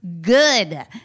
good